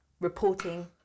reporting